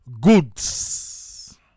goods